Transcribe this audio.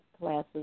classes